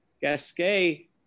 Gasquet